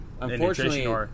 Unfortunately